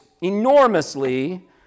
enormously